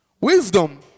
Wisdom